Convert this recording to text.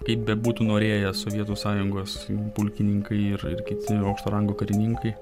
kaip bebūtų norėję sovietų sąjungos pulkininkai ir ir kiti aukšto rango karininkai